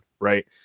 right